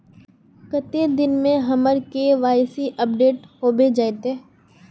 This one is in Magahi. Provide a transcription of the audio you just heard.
कते दिन में हमर के.वाई.सी अपडेट होबे जयते?